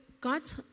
God's